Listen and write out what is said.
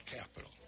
capital